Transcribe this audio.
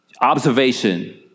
Observation